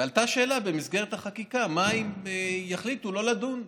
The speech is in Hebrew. ועלתה שאלה במסגרת החקיקה: מה אם יחליטו לא לדון?